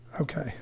Okay